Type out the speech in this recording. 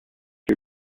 see